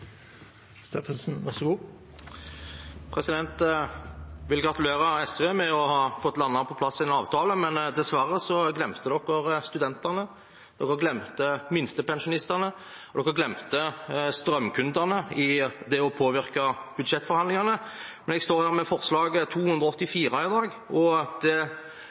vil gratulere SV med å ha fått landet en avtale. Dessverre glemte SV studentene, man glemte minstepensjonistene, og man glemte strømkundene idet man påvirket budsjettforhandlingene. Jeg står her med forslag nr. 284 i dag, og